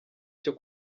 cyo